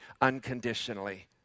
unconditionally